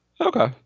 Okay